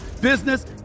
business